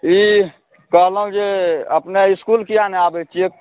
ई कहलहुँ जे अपने इसकुल किएक नहि आबै छिए